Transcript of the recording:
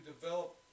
develop